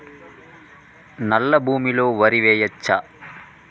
నల్లా భూమి లో వరి వేయచ్చా?